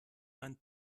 ein